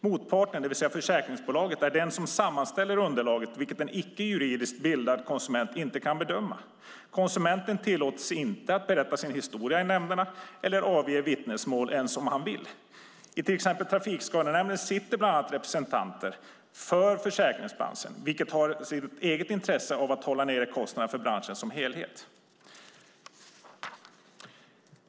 Motparten, det vill säga försäkringsbolaget, är den som sammanställer underlaget, vilket en icke juridiskt bildad konsument inte kan bedöma. Konsumenten tillåts inte berätta sin historia i nämnderna eller avge vittnesmål ens om han vill. I exempelvis Trafikskadenämnden sitter representanter för försäkringsbranschen, vilka har ett eget intresse av att hålla nere kostnaderna för branschen som helhet.